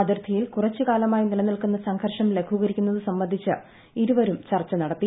അതിർത്തിയിൽ കുറച്ച് കാലമായി നില്പനിൽക്കുന്ന സംഘർഷം ലഘൂകരിക്കുന്നത് സംബന്ധിച്ച് ഇരൂറ്റ്യരും ചർച്ച നടത്തി